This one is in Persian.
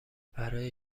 برای